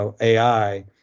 AI